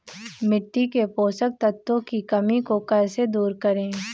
मिट्टी के पोषक तत्वों की कमी को कैसे दूर करें?